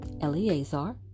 Eleazar